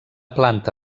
planta